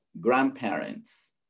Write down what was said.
grandparents